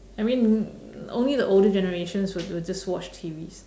I mean only the older generations would would just watch T_Vs